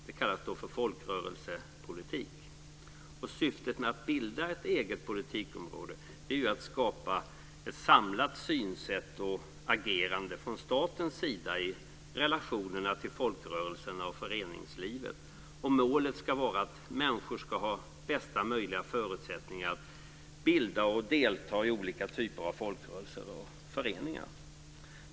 Det kallas folkrörelsepolitik. Syftet med att bilda ett eget politikområde är att skapa ett samlat synsätt och agerande från statens sida i relationerna till folkrörelserna och föreningslivet. Och målet ska vara att människor ska ha bästa möjliga förutsättningar att bilda och delta i olika typer av folkrörelser och föreningar.